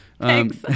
Thanks